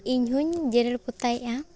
ᱤᱧᱦᱚᱧ ᱡᱮᱨᱮᱲ ᱯᱚᱛᱟᱣᱮᱫᱼᱟ